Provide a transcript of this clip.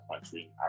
country